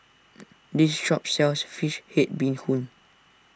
this shop sells Fish Head Bee Hoon